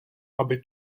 aby